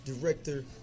director